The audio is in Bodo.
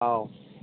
औ